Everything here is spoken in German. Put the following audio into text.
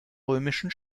römischen